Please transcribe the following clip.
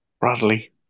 Bradley